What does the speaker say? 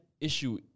issue